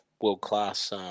world-class